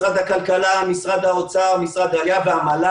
משרד הרווחה,